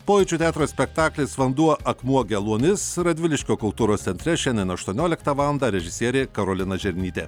pojūčių teatro spektaklis vanduo akmuo geluonis radviliškio kultūros centre šiandien aštuonioliktą valandą režisierė karolina žernytė